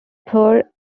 poor